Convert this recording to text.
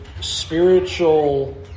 spiritual